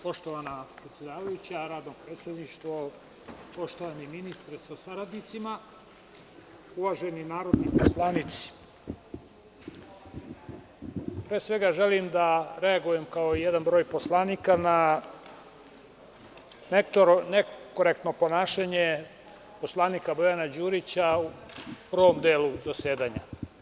Poštovana predsedavajuća, radno predsedništvo, poštovani ministre sa saradnicima, uvaženi narodni poslanici, pre svega želim da reagujem, kao i jedan broj poslanika, na nekorektno ponašanje poslanika Bojana Đurića u prvom delu zasedanja.